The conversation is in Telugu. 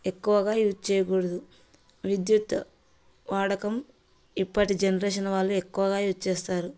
ఎక్కువగా యూజ్ చేయకూడదు విద్యుత్ వాడకం ఇప్పటి జనరేషన్ వాళ్ళు ఎక్కువగా యూజ్ చేస్తారు